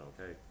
okay